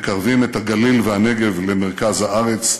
מקרבים את הגליל והנגב למרכז הארץ,